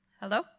Hello